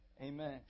Amen